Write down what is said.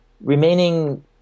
remaining